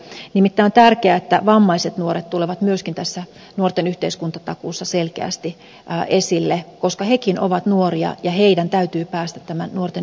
nimittäin on tärkeää että vammaiset nuoret tulevat myöskin tässä nuorten yhteiskuntatakuussa selkeästi esille koska hekin ovat nuoria ja heidän täytyy päästä nuorten yhteiskuntatakuun piiriin